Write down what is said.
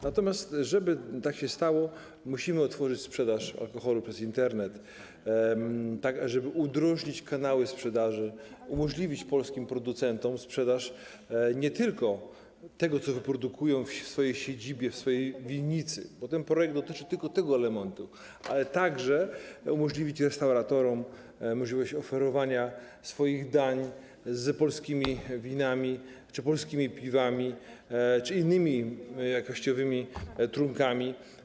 Natomiast żeby tak się stało, musimy otworzyć sprzedaż alkoholu przez Internet, tak żeby udrożnić kanały sprzedaży, umożliwić polskim producentom sprzedaż nie tylko tego, co wyprodukują w swojej siedzibie, w swojej winnicy, bo ten projekt dotyczy tylko tego elementu, ale także umożliwić restauratorom możliwość oferowania swoich dań z polskimi winami czy polskimi piwami, czy innymi jakościowymi trunkami.